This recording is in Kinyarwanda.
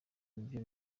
nibyo